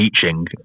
teaching